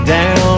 Down